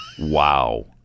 Wow